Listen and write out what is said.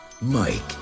Mike